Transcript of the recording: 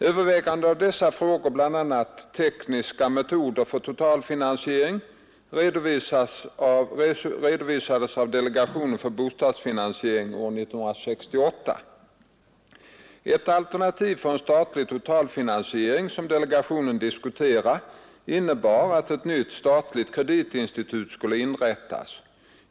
Överväganden i dessa frågor, bl.a. tekniska metoder för totalfinansiering, redovisades av delegationen för bostadsfinansiering år 1968. Ett alternativ för en statlig totalfinansiering som delegationen diskuterade innebar att ett nytt statligt kreditinstitut skulle inrättas.